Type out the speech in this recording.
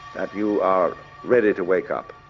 that you are ready to wake up.